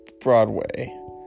Broadway